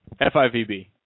FIVB